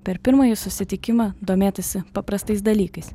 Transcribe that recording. per pirmąjį susitikimą domėtasi paprastais dalykais